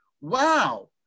wow